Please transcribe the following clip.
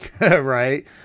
right